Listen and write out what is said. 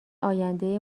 آینده